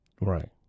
Right